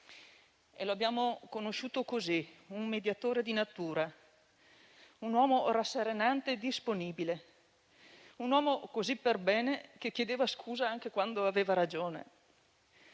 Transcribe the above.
Lo abbiamo conosciuto così: un mediatore di natura, un uomo rasserenante e disponibile, un uomo così per bene che chiedeva scusa anche quando aveva ragione.